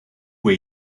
way